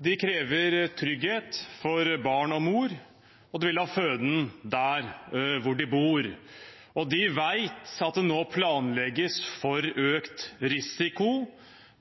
De krever trygghet for barn og mor, og de vil ha «føden» der hvor de bor. De vet at det nå planlegges for økt risiko.